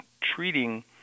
treating